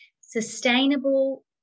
Sustainable